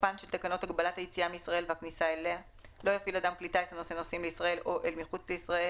אני לא מאשים את משרד התחבורה,